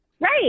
Right